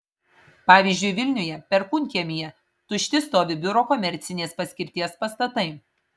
pavyzdžiui vilniuje perkūnkiemyje tušti stovi biuro komercinės paskirties pastatai